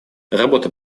работа